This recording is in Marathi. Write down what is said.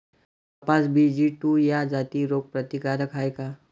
कपास बी.जी टू ह्या जाती रोग प्रतिकारक हाये का?